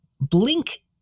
Blink-